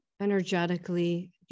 energetically